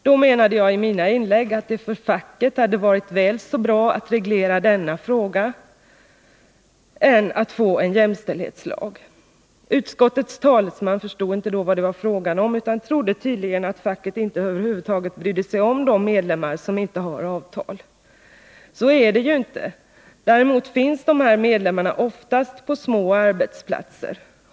Då menade jag i mina inlägg att det för facket hade varit väl så bra att reglera denna fråga som att få en jämställdhetslag. Utskottets talesman förstod inte då vad det var fråga om, utan trodde tydligen att facket inte över huvud taget brydde sig om de medlemmar som inte har avtal. Så är det ju inte — däremot finns dessa medlemmar oftast på små arbetsplatser.